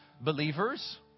believers